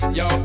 yo